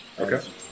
Okay